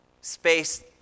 space